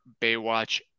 Baywatch